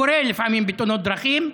קורה לפעמים בתאונות דרכים,